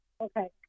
okay